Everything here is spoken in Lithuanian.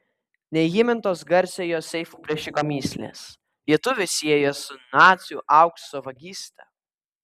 neįmintos garsiojo seifų plėšiko mįslės lietuvį sieja su nacių aukso vagyste